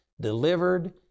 DELIVERED